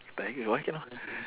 tiger why cannot